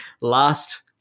last